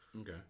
Okay